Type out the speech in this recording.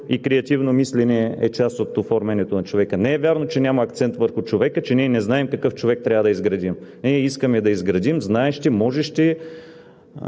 и креативно мислене е част от оформянето на човека. Не е вярно, че няма акцент върху човека, че ние не знаем какъв човек трябва да изградим. Ние искаме да изградим знаещи, можещи,